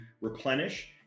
replenish